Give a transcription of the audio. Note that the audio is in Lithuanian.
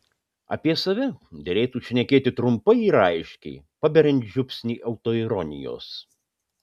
apie save derėtų šnekėti trumpai ir aiškiai paberiant žiupsnį autoironijos